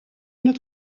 het